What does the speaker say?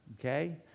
Okay